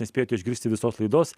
nespėjote išgirsti visos laidos